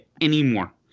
anymore